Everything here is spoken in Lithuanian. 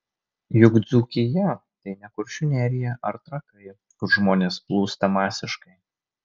juk dzūkija tai ne kuršių nerija ar trakai kur žmonės plūsta masiškai